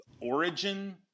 origin